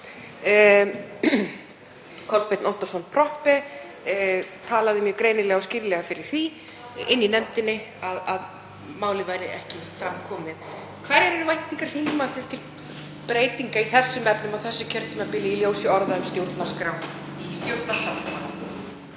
Kolbeinn Óttarsson Proppé talaði mjög greinilega og skýrlega fyrir því í nefndinni að málið væri ekki komið fram. Hverjar eru væntingar þingmannsins til breytinga í þessum efnum á þessu kjörtímabili í ljósi orða um stjórnarskrá